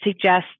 suggest